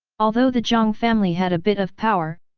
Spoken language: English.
although the jiang family had a bit of power,